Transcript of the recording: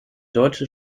deutsche